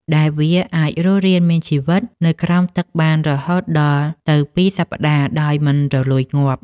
ដែលវាអាចរស់រានមានជីវិតនៅក្រោមទឹកបានរហូតដល់ទៅពីរសប្តាហ៍ដោយមិនរលួយងាប់។